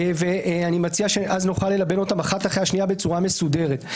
ואני מציע שנוכל ללבן אותן אחת אחרי השנייה בצורה מסודרת.